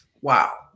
wow